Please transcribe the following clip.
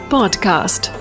Podcast